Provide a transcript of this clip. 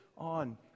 On